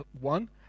One